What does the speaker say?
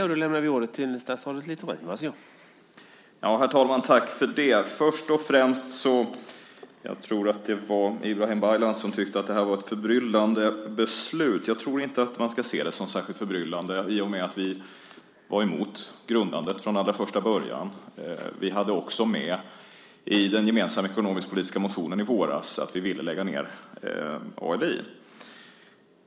Herr talman! Jag tror att det var Ibrahim Baylan som tyckte att det här var ett förbryllande beslut. Jag tror inte att man ska se det som särskilt förbryllande i och med att vi var emot grundandet från allra första början. Vi hade också med i den gemensamma ekonomisk-politiska motionen i våras att vi ville lägga ned ALI.